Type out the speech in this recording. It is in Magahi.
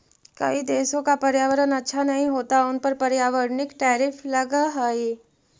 कई देशों का पर्यावरण अच्छा नहीं होता उन पर पर्यावरणिक टैरिफ लगअ हई